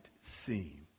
seem